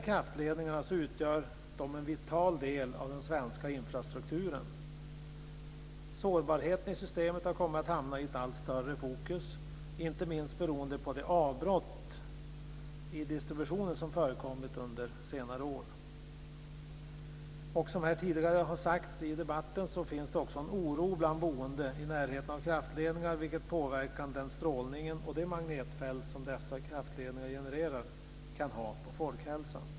Kraftledningarna utgör en vital del av den svenska infrastrukturen. Sårbarheten i systemet har alltmer kommit att hamna i fokus, inte minst beroende på de avbrott i distributionen som förekommit under senare år. Som tidigare har sagts i debatten finns det också en oro bland de boende i närheten av kraftledningar när det gäller vilken påverkan den strålning och de magnetfält som dessa kraftfält genererar kan ha på folkhälsan.